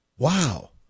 Wow